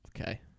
Okay